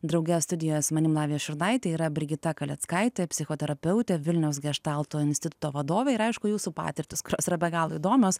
drauge studijojoje su manim lavija šurnaite yra brigita kaleckaitė psichoterapeutė vilniaus geštalto instituto vadovė ir aišku jūsų patirtys kurios yra be galo įdomios